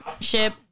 ship